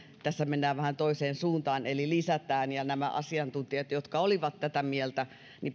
tässä mennään vähän toiseen suuntaan eli lisätään asiantuntijat jotka olivat tätä mieltä